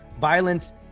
violence